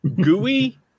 gooey